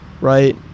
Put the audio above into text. right